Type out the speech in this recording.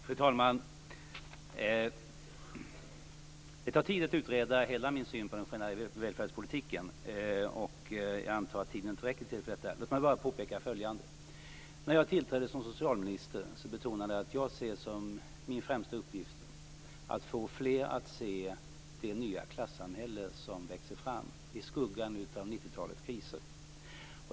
Fru talman! Det tar tid att utreda hela min syn på den generella välfärdspolitiken. Jag antar att tiden inte räcker till för detta. Låt mig bara påpeka följande. När jag tillträdde som socialminister betonade jag att jag ser som min främsta uppgift att få fler att se det nya klassamhälle som växer fram i skuggan av 90-talets kriser.